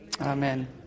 Amen